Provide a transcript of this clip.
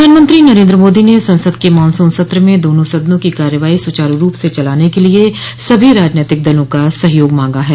प्रधानमंत्री नरेन्द्र मोदी ने संसद के मॉनसून सत्र में दोनों सदनों की कार्यवाही सुचारू रूप से चलाने के लिए सभी राजनीतिक दलों का सहयोग मांगा है